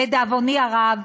ולדאבוני הרב,